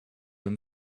him